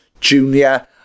junior